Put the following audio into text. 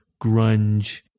grunge